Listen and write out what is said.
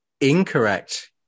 Incorrect